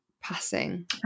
passing